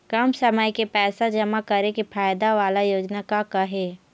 कम समय के पैसे जमा करे के फायदा वाला योजना का का हे?